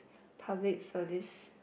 public service